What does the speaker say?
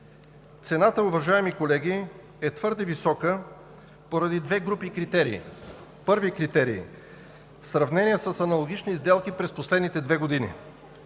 Цената, уважаеми колеги, е твърде висока поради две групи критерии. Първи критерий. В сравнение с аналогични сделки през последните две години